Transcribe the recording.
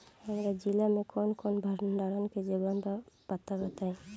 हमरा जिला मे कवन कवन भंडारन के जगहबा पता बताईं?